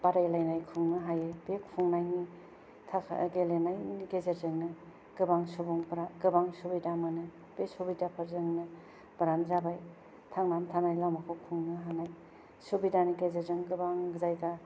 बादायलायनाय खुंनो हायो बि खुंनायनि थाखाय गेलेनायनि गेजेरजोंनो गोबां सुबुंफ्रा गोबां सुबिदा मोनो बे सुबुदाफोरजोंनो फोरानो जाबाय थांनानै थानाय लामाखौ खुंनो हानाय सुबिदानि गेजेरजोंनो गोबां जायगा